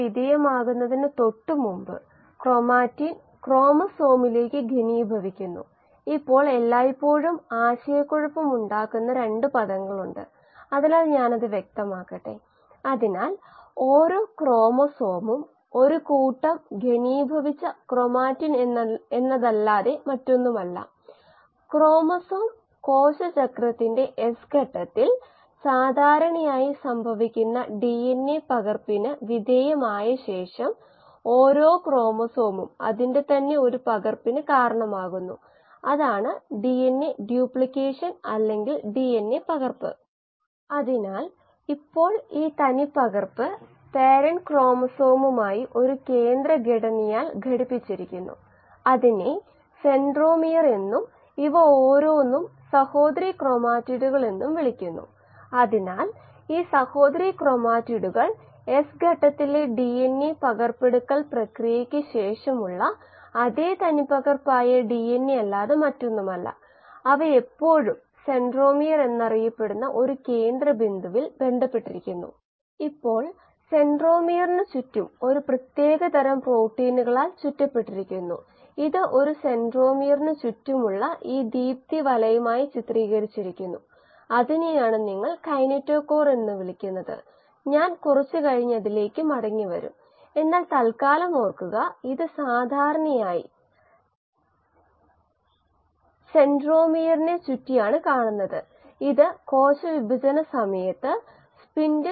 fungus ഉത്പാദിപ്പിക്കാൻ കീമോസ്റ്റാറ്റിൻറെ ഇൻലെറ്റിൽ സബ്സ്ട്രേറ്റ് ഗാഢത പരിമിതപ്പെടുത്തുന്ന വളർച്ച ഒരു ലിറ്ററിന് 50 ഗ്രാം ആണ്